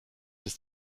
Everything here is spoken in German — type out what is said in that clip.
ist